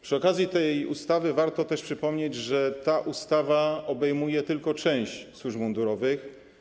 Przy okazji tej ustawy warto też przypomnieć, że ona obejmuje tylko część służb mundurowych.